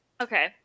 Okay